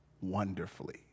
wonderfully